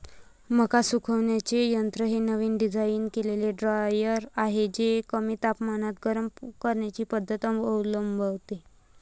मका सुकवण्याचे यंत्र हे नवीन डिझाइन केलेले ड्रायर आहे जे कमी तापमानात गरम करण्याची पद्धत अवलंबते